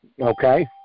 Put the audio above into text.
okay